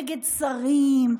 נגד שרים,